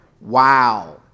Wow